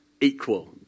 equal